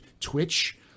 Twitch